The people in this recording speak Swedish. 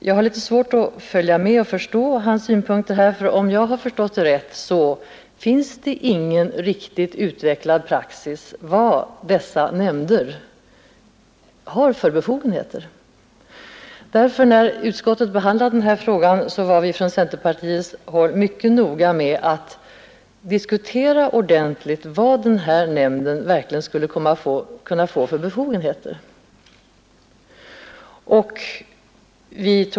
Jag har litet svårt att följa med och förstå hans synpunkter, för om jag har fattat rätt finns det ingen riktigt utvecklad praxis för vilka befogenheter den här typen av nämnder har. När utskottet behandlade denna fråga var vi från centerpartiets håll därför mycket noga med att ordentligt diskutera vad nämnden verkligen skulle kunna få för befogenheter.